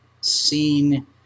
seen